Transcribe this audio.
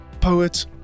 poet